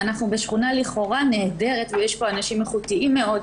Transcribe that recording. ואנחנו לכאורה בשכונה נהדרת ויש בה אנשים איכותיים מאוד.